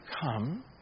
come